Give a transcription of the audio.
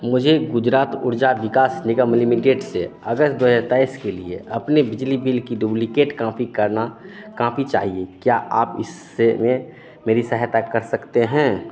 मुझे गुजरात ऊर्जा विकास निगम लिमिटेड से अगस्त दो हज़ार तेइस के लिए अपने बिजली बिल की डुब्लिकेट कांपी करना कांपी चाहिए क्या आप इससे में मेरी सहायता कर सकते हैं